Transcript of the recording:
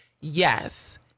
Yes